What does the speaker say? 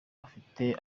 bafite